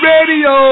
Radio